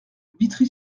vitry